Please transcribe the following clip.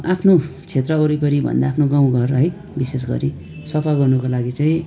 आफ्नो क्षेत्र वरिपरिभन्दा आफ्नो गाउँघर है विशेष गरी सफा गर्नुको लागि चाहिँ